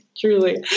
Truly